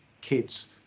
kids